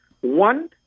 One